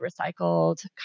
recycled